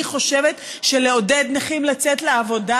אני חושבת שלעודד נכים לצאת לעבודה